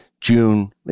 June